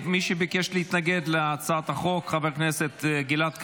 מי שביקש להתנגד להצעת החוק זה חבר הכנסת גלעד קריב.